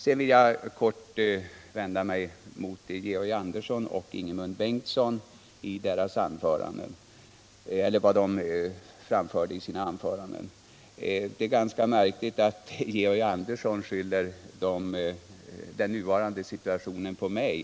Sedan vill jag kort vända mig mot vad Georg Andersson och Ingemund Bengtsson framförde i sina anföranden. Det är ganska märkligt att Georg Andersson skyller den nuvarande situationen på mig.